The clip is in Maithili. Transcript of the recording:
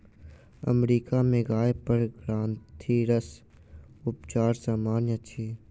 अमेरिका में गाय पर ग्रंथिरस उपचार सामन्य अछि